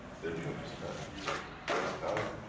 then you understand even for the first time,